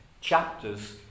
chapters